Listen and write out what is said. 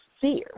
fear